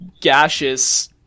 gaseous